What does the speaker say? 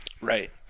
Right